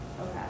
Okay